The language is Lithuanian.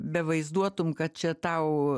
bevaizduotum kad čia tau